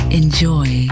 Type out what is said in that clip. enjoy